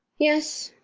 yes,